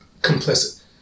complicit